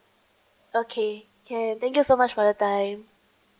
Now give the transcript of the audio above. okay can thank you so much for your time